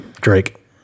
Drake